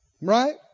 right